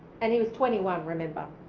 and he was twenty one, remember.